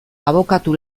abokatu